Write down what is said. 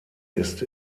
ist